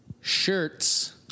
shirts